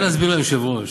שאילתה 1021,